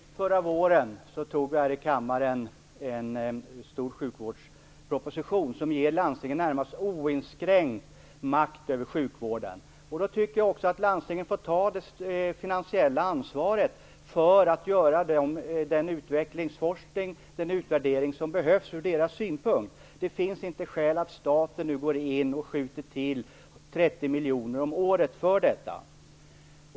Herr talman! Förra våren antog vi här i kammaren en stor sjukvårdsproposition som ger landstingen närmast oinskränkt makt över sjukvården. Då tycker jag att landstingen också får ta det finansiella ansvaret för att göra den utveckling, forskning och utvärdering som behövs ur deras synpunkt. Det finns inte skäl att staten nu går in och skjuter till 30 miljoner om året för detta.